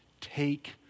take